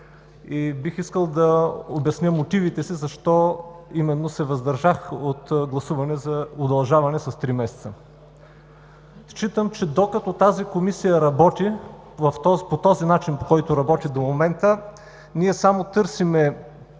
Бих искал да обясня мотивите си защо се въздържах от гласуване за удължаването с три месеца. Считам, че докато тази Комисия работи по начина, по който работи до момента – само да търсим